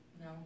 No